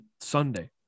Sunday